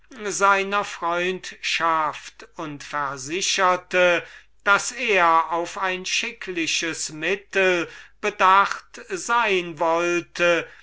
seiner freundschaft und versicherte daß er auf ein schickliches mittel bedacht sein wollte